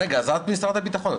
אז את משרד הביטחון.